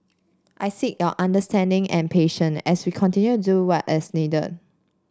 I seek your understanding and as we continue do what is needed